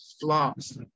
flops